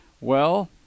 Well